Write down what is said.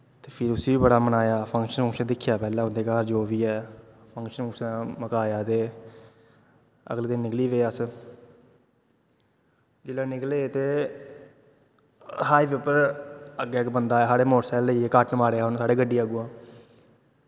ते फ्ही उसी बी बड़ा मनाया फंक्शन फुंक्शुन दिक्खेआ पैह्लें ओह्दे घर जो बी ऐ फंक्शन फुंक्शन मकाया ते अगले दिन निकली पे अस जेल्लै निकले ते हाईट उप्पर अग्गें इक बंदा आया साढ़े मोटर सैकल लेइयै कट मारेआ उन्नै साढ़ी गड्डी अग्गुआं